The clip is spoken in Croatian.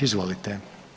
Izvolite.